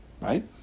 Right